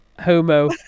homo